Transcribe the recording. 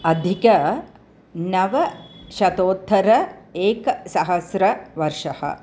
अधिकनवशतोत्तरेकसहस्रवर्षः